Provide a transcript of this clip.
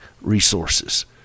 resources